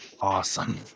Awesome